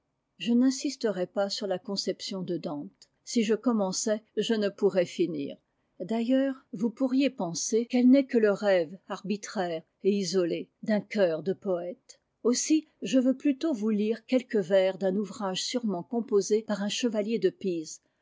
je n'insisterai pas sur la conception de dante si je commençais je ne pourrais finir d'ailleurs vous pourriez penser qu'elle n'est que le rêve arbitraire et isolé d'un cœur de poète aussi je veux plutôt vous lire quelques vers d'un ouvrage sûrement composé par un chevalier de pise